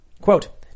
quote